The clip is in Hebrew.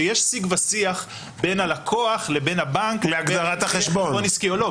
שיש שיג ושיח בין הלקוח לבין הבנק להגדרת חשבון עסקי או לא.